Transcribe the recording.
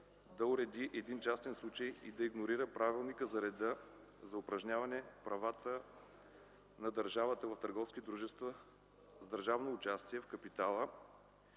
да уреди един частен случай и да игнорира Правилника за реда за упражняване правата на държавата в търговски дружества с държавно участие в капитала